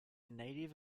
native